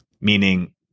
meaning